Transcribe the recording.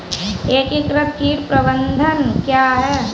एकीकृत कीट प्रबंधन क्या है?